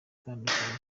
atandukanye